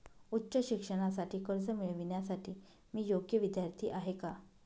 उच्च शिक्षणासाठी कर्ज मिळविण्यासाठी मी योग्य विद्यार्थी आहे का?